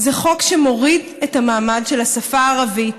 זה חוק שמוריד את המעמד של השפה הערבית